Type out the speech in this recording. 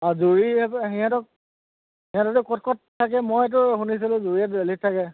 অ জুৰী সিহঁতক সিহঁততো ক'ত কত থাকে মইতো শুনিছিলোঁ জুৰীয়ে দিল্লীত থাকে